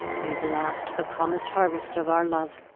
may blast the promis'd harvest of our love.